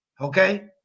okay